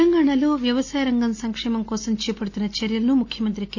తెలంగాణలో వ్యవసాయరంగ సంక్షేమం కోసం చేపడుతున్న చర్యలను ముఖ్యమంతి కె